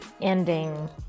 ending